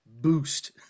boost